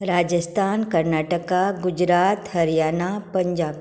Rajasthan Karnataka Gujarat Haryana Punjab